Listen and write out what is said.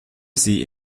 sie